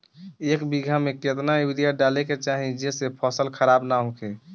एक बीघा में केतना यूरिया डाले के चाहि जेसे फसल खराब ना होख?